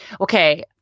Okay